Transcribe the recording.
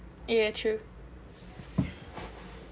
yeah true